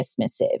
dismissive